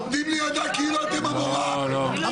אתם עומדים לידה כאילו אתם המורה שלה.